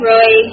Roy